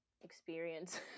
experience